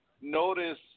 notice